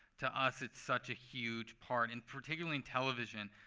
to us, it's such a huge part. and particularly in television,